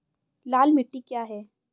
लाल मिट्टी क्या है?